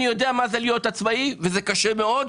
אני יודע מה זה להיות עצמאי וזה קשה מאוד,